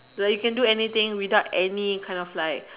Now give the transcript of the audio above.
like you can do anything without any kind of like